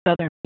Southern